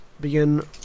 begin